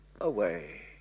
away